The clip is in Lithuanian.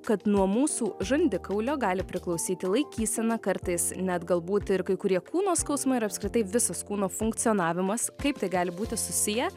kad nuo mūsų žandikaulio gali priklausyti laikysena kartais net galbūt ir kai kurie kūno skausmai ir apskritai visas kūno funkcionavimas kaip tai gali būti susiję